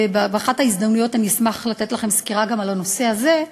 ובאחת ההזדמנויות אשמח לתת לכם סקירה גם על הנושא הזה,